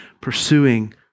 pursuing